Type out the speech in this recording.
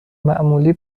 معمولی